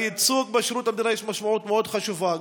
לייצוג בשירות המדינה יש משמעות מאוד חשובה,